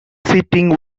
sitting